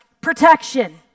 protection